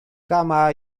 kama